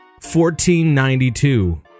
1492